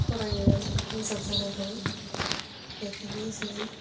फरायनायाव मोजां जानांगौ बेखायनो जों